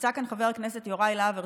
נמצא כאן חבר הכנסת יוראי להב הרצנו,